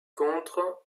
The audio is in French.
contre